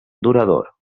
durador